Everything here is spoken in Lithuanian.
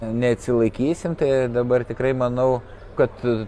neatsilaikysim tai dabar tikrai manau kad